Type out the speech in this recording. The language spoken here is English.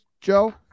Joe